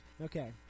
Okay